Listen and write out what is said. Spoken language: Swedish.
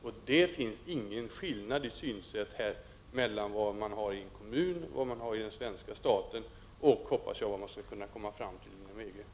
Det finns ingen skillnad i synsätt mellan kommunerna och den svenska staten och, hoppas jag, det synsätt man skall kunna komma fram till inom EG.